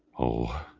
oh!